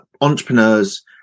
entrepreneurs